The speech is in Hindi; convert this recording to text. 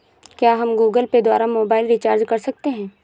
क्या हम गूगल पे द्वारा मोबाइल रिचार्ज कर सकते हैं?